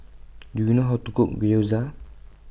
Do YOU know How to Cook Gyoza